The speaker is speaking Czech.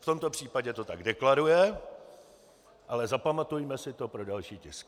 V tomto případě to tak deklaruje, ale zapamatujme si to pro další tisky.